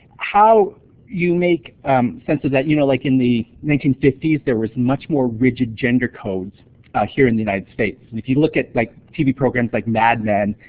how you make sense of that? you know like in the nineteen fifty s there was much more rigid gender codes here in the united states. if you look at like tv programs like mad men,